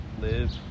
live